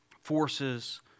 forces